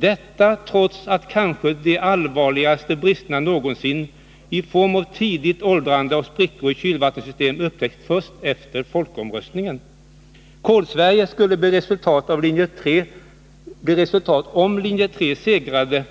Detta säger man trots att de kanske allvarligaste bristerna någonsin, i form av tidigt åldrande och sprickor i kylsystemet, upptäckts först efter folkomröstningen. Vidare sade representanterna för linjerna 1 och 2 att Kol-Sverige skulle bli resultatet om Linje 3 segrade.